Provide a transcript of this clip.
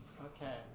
Okay